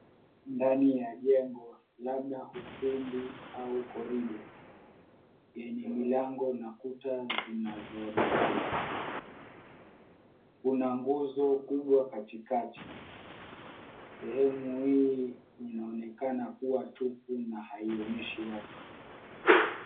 Ndani ya jengo labda ukumbi au corridor yenye milango na kuta zinazoonekana. Kuna nguzo kubwa katikati. Sehemu hii inaonekana kuwa tupu na haionyeshi watu.